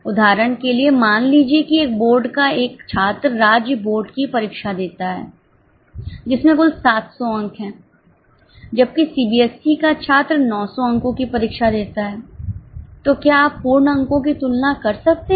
उदाहरण के लिए मान लीजिए कि एक बोर्ड का एक छात्र राज्य बोर्ड की परीक्षा देता है जिसमें कुल 700 अंक है जबकि सीबीएसई का छात्र 900 अंकों की परीक्षा देता है तो क्या आप पूर्ण अंकों की तुलना कर सकते हैं